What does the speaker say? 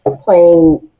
playing